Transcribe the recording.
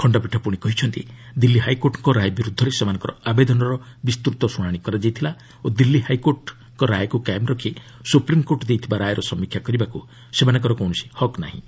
ଖଣ୍ଡପୀଠ ପୁଣି କହିଛନ୍ତି ଦିଲ୍ଲୀ ହାଇକୋର୍ଟଙ୍କ ରାୟ ବିର୍ଦ୍ଧରେ ସେମାନଙ୍କର ଆବେଦନର ବିସ୍ତୃତ ଶୁଣାଶି କରାଯାଇଥିଲା ଓ ଦିଲ୍ଲୀ ହାଇକୋର୍ଟ ରାୟକୁ କାଏମ ରଖି ସୁପ୍ରିମ୍କୋର୍ଟ ଦେଇଥିବା ରାୟର ସମୀକ୍ଷା କରିବାକୁ ସେମାନଙ୍କର କୌଣସି ହକ୍ ନାହିଁ